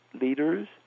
leaders